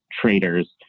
traders